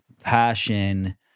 passion